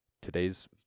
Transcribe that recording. Today's